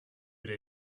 they